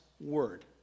word